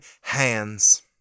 hands